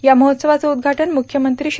या महोत्सवाचं उद्घाटन मुख्यमंत्री श्री